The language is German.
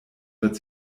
wird